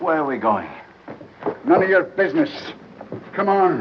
why are we going none of your business come on